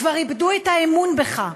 כבר איבדו את האמון בך,